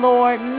Lord